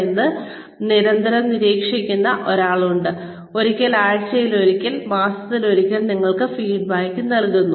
കൂടാതെ ഈ വ്യക്തി സാവധാനം ശരിയായ സമയമാകുമ്പോൾ ദിവസത്തിൽ ഒരിക്കൽ ആഴ്ചയിൽ ഒരിക്കൽ മാസത്തിലൊരിക്കൽ നിങ്ങൾക്ക് ഫീഡ്ബാക്ക് നൽകുന്നു